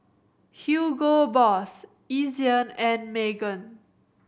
Hugo Boss Ezion and Megan